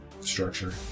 structure